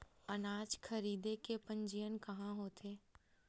अनाज खरीदे के पंजीयन कहां होथे?